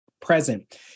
present